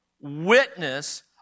witness